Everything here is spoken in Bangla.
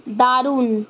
দারুন